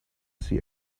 see